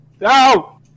No